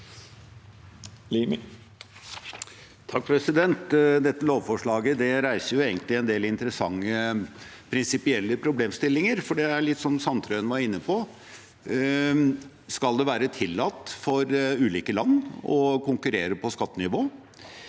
(FrP) Dette lovfor- slaget reiser egentlig en del interessante prinsipielle problemstillinger, som Sandtrøen var inne på. Skal det være tillatt for ulike land å konkurrere på skattenivå?